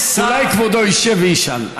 יש שר, אולי כבודו יישב וישאל.